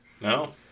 No